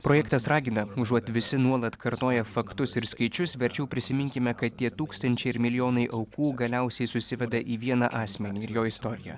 projektas ragina užuot visi nuolat kartoja faktus ir skaičius verčiau prisiminkime kad tie tūkstančiai ir milijonai aukų galiausiai susiveda į vieną asmenį ir jo istoriją